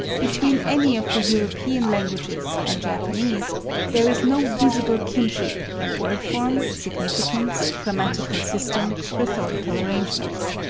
between any of the european languages and japanese there is no visible kinship in word-form, significance, grammatical system, rhetorical arrangements.